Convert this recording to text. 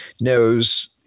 knows